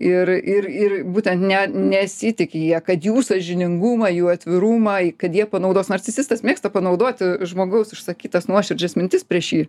ir ir ir būtent ne nesitiki jie kad jų sąžiningumą jų atvirumą i kad jie panaudos narcisistas mėgsta panaudoti žmogaus išsakytas nuoširdžias mintis prieš jį